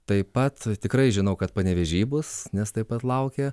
taip pat tikrai žinau kad panevėžy bus nes taip pat laukia